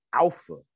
alpha